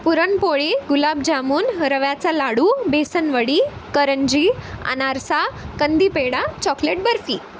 पुरणपोळी गुलाबजामुन रव्याचा लाडू बेसनवडी करंजी अनारसा कंदीपेढा चॉकलेट बर्फी